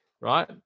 right